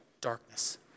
darkness